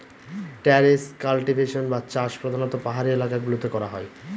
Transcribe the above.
terrace cultivation বা চাষ প্রধানত পাহাড়ি এলাকা গুলোতে করা হয়